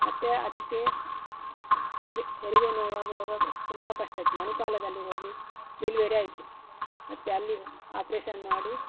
ಮತ್ತು ಅದಕ್ಕೆ ಹೆರಿ ಹೆರಿಗೆ ನೋವು ಆಗುವಾಗ ತುಂಬ ಕಷ್ಟ ಆಯಿತು ಮಣಿಪಾಲದಲ್ಲಿ ಹೋಗಿ ಡೆಲಿವರಿ ಆಯಿತು ಮತ್ತೆ ಅಲ್ಲಿ ಆಪ್ರೇಷನ್ ಮಾಡಿ